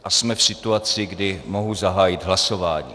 A jsme v situaci, kdy mohu zahájit hlasování.